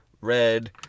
red